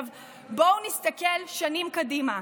בואו נסתכל שנים קדימה.